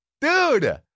Dude